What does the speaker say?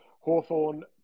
Hawthorne